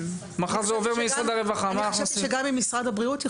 מחר זה